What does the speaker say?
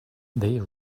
they